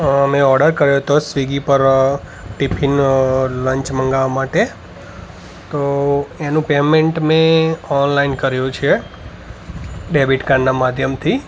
અ મેં ઓડર કર્યો હતો સ્વિગી પર અ ટિફિનનો લન્ચ મગાવવા માટે તો એનું પેયમેન્ટ મેં ઓનલાઈન કર્યું છે ડેબિટ કાર્ડનાં માધ્યમથી